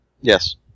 Yes